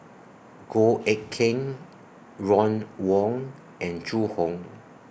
Goh Eck Kheng Ron Wong and Zhu Hong